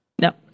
No